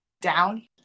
down